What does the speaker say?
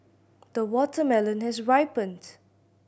the watermelon has ripened